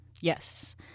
Yes